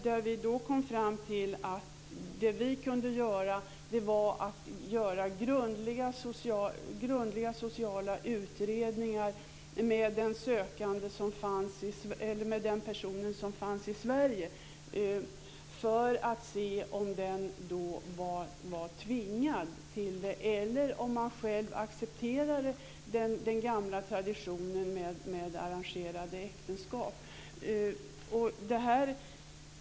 Där kom vi fram till att det vi kunde göra var att genomföra grundliga sociala utredningar med den person som fanns i Sverige för att se om den personen var tvingad eller själv accepterade den gamla traditionen med arrangerade äktenskap.